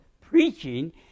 preaching